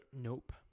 Nope